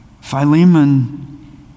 Philemon